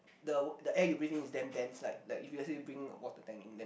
the the air you breathe in is damn dense like like if you actually bring a water tank then